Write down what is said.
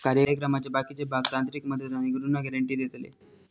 कार्यक्रमाचे बाकीचे भाग तांत्रिक मदत आणि ऋण गॅरेंटी देतले